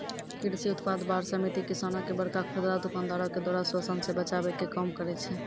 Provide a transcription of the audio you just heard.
कृषि उत्पाद बार समिति किसानो के बड़का खुदरा दुकानदारो के द्वारा शोषन से बचाबै के काम करै छै